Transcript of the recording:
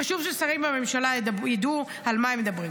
חשוב ששרים בממשלה ידעו על מה הם מדברים.